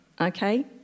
Okay